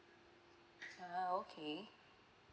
ah okay